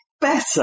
better